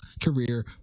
career